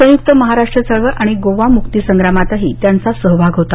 संयुक्त महाराष्ट्र चळवळ आणि गोवा मुक्ती संग्रामातही त्यांचा सहभाग होता